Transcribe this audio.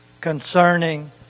concerning